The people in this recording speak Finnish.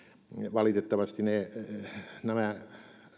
valitettavasti nämä